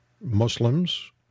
Muslims